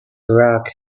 iraq